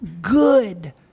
good